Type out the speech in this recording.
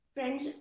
Friends